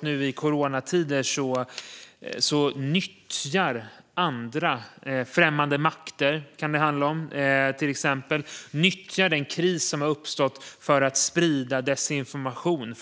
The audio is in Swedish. Nu i coronatider utnyttjar andra - det kan till exempel handla om främmande makter - den kris som har uppstått för att sprida desinformation,